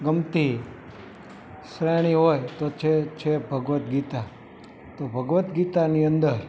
ગમતી શ્રેણી હોય તો તે છે ભગવદ્ ગીતા તો ભગવદ્ ગીતાની અંદર